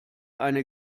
eine